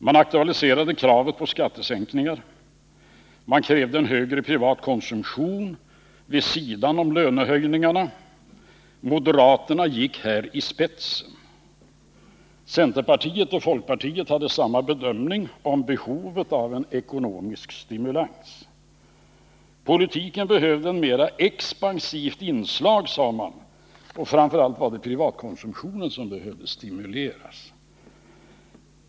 Man aktualiserade kravet på skattesänkningar — man krävde en högre privat konsumtion vid sidan om lönehöjningarna. Moderaterna gick här i spetsen. Centerpartiet och folkpartiet hade samma bedömning när det gällde behovet av en ekonomisk stimulans. Politiken behövde ett mera expansivt inslag, sade man, och framför allt var det privatkonsumtionen som behövde stimuleras.